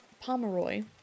Pomeroy